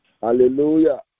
Hallelujah